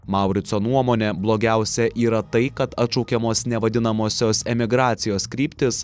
maurico nuomone blogiausia yra tai kad atšaukiamos ne vadinamosios emigracijos kryptys